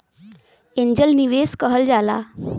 angel निवेस कहल जाला